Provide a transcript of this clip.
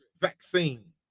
vaccine